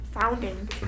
Founding